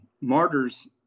martyrs